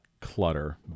clutter